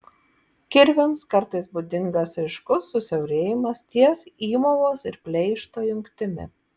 kirviams kartais būdingas ryškus susiaurėjimas ties įmovos ir pleišto jungtimi